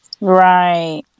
Right